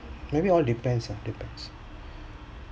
maybe all depends ah depends